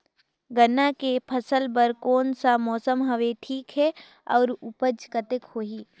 गन्ना के फसल बर कोन सा मौसम हवे ठीक हे अउर ऊपज कतेक होही?